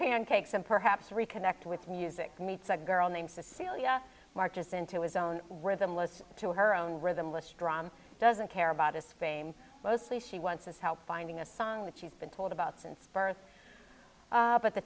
pancakes and perhaps reconnect with music meets a girl named cecilia marches into his own rhythm listen to her own rhythm let's drum doesn't care about his fame mostly she wants his help finding a song that she's been told about since birth but the